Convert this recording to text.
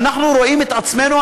ואנחנו רואים את עצמנו,